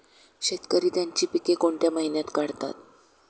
शेतकरी त्यांची पीके कोणत्या महिन्यात काढतात?